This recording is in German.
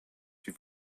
die